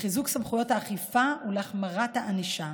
לחיזוק סמכויות האכיפה ולהחמרת הענישה.